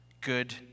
good